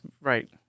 right